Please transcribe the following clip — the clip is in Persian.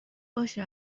باشه